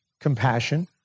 compassion